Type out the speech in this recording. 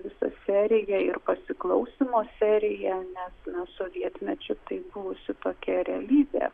visa serija ir pasiklausymo serija nes na sovietmečiu tai buvusi tokia realybė